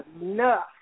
enough